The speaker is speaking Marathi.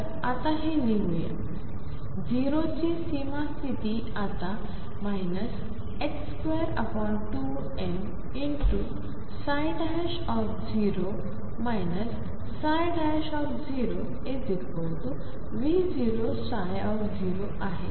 तर आता हे लिहूया 0 ची सीमा स्थिती आता 22m0 0 V00 आहे